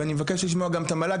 ואני מבקש לשמוע גם את המל"ג,